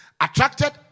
attracted